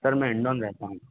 sir मैं हिंडोन रहता हूँ